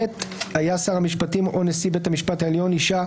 (ב) היה שר המשפטים או נשיא בית המשפט העליון אישה,